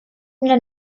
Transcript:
una